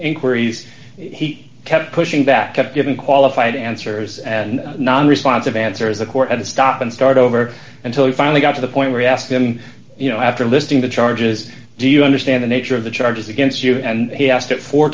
inquiries he kept pushing back up giving qualified answers and non responsive answers the court had to stop and start over until he finally got to the point where he asked him you know after listing the charges do you understand the nature of the charges against you and he asked it four